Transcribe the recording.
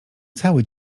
cały